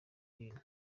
bintu